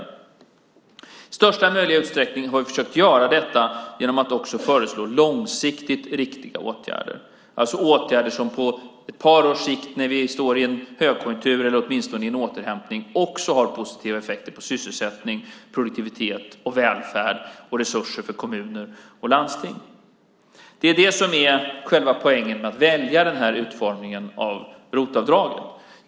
I största möjliga utsträckning har vi försökt att göra detta genom att också föreslå långsiktigt riktiga åtgärder, alltså åtgärder som på ett par års sikt när vi befinner oss i en högkonjunktur eller åtminstone i en återhämtning också har positiva effekter på sysselsättning, produktivitet och välfärd och när det gäller resurser för kommuner och landsting. Det är det som är själva poängen med att välja denna utformning av ROT-avdraget.